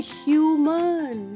human